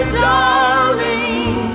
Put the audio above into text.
darling